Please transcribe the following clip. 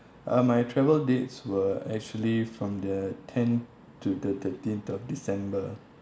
um my travel dates were actually from the ten to the thirteenth of december